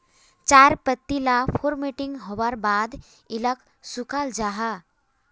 चायर पत्ती ला फोर्मटिंग होवार बाद इलाक सुखाल जाहा